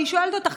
אני שואלת אותך,